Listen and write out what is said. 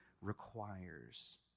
requires